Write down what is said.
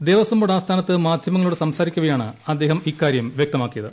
Devaswom board ആസ്ഥാനത്ത് മാധ്യമങ്ങളോട് സംസാരിക്കവെയാണ് അദ്ദേഹം ഇക്കാര്യം വ്യക്ത്മാക്കിയത്